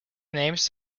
names